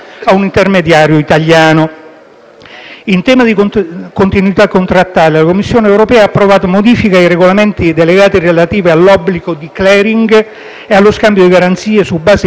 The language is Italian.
In tema di continuità contrattuale, la Commissione europea ha approvato modifiche ai regolamenti delegati relativi all'obbligo di *clearing* e allo scambio di garanzie su base bilaterale per i derivati OTC,